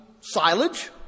silage